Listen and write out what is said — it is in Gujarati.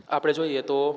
આપણે જોઈએ તો